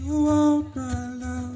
you know